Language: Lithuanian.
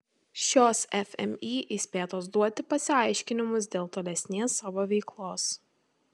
šios fmį įspėtos duoti pasiaiškinimus dėl tolesnės savo veiklos